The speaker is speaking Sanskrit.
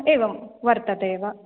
एवं वर्तते वा